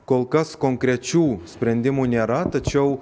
kol kas konkrečių sprendimų nėra tačiau